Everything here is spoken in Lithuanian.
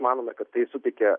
manome kad tai suteikia